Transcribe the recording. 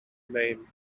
name